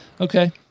Okay